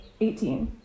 18